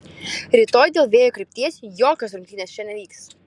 rytoj dėl vėjo krypties jokios rungtynės čia nevyks